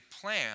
plan